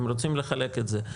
אם רוצים לחלק את זה,